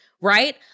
right